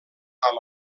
amb